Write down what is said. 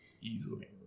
Easily